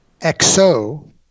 XO –